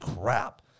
crap